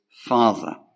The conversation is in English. father